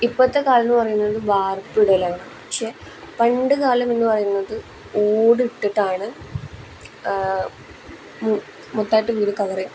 ഇപ്പത്തെ കാലം എന്ന് പറയുന്നത് വാർപ്പിടലാണ് പക്ഷെ പണ്ട് കാലം എന്ന് പറയുന്നത് ഓടിട്ടിട്ടാണ് മൊത്തായിട്ട് വീട് കവറ് ചെയ്യുക